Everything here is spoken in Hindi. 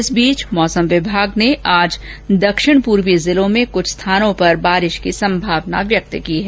इस बीच मौसम विमाग ने आज दक्षिण पूर्वी जिलों में कुछ स्थानों पर बारिश की संभावना व्यक्त की है